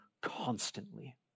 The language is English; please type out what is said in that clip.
constantly